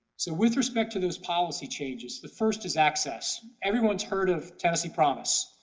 so with respect to those policy changes, the first is access. everyone's heard of tennessee promise.